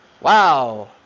wow